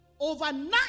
overnight